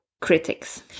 critics